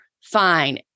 Fine